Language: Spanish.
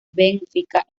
benfica